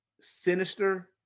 sinister